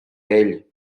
ell